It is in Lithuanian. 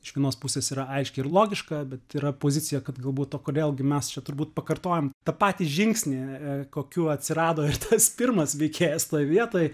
iš vienos pusės yra aiški ir logiška bet yra pozicija kad galbūt o kodėl gi mes čia turbūt pakartojom tą patį žingsnį kokiu atsirado ir tas pirmas veikėjas vietoj